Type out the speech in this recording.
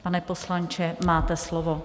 Pane poslanče, máte slovo.